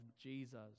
Jesus